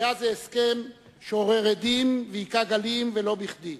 היה זה הסכם שעורר הדים והכה גלים, ולא בכדי.